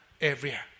area